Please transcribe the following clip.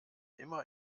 immer